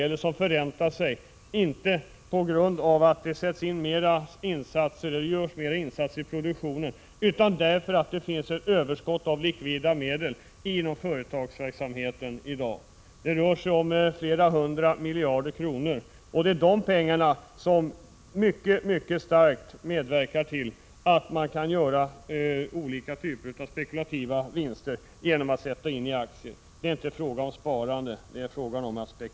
Detta kapital förräntar sig dock inte på grund av att det görs mera insatser i produktionen, utan därför att det finns ett överskott på likvida medel inom företagsverksamheten i dag. Det rör sig om flera hundra miljarder kronor. Det är dessa pengar som mycket kraftigt medverkar till att man kan göra olika typer av spekulativa vinster genom att satsa på aktier. Det är inte fråga om sparande, det är fråga om spekulation.